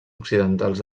occidentals